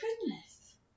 Goodness